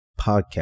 podcast